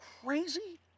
crazy